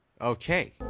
Okay